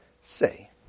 say